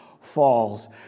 falls